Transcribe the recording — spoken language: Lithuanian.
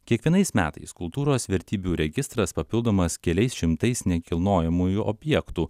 kiekvienais metais kultūros vertybių registras papildomas keliais šimtais nekilnojamųjų objektų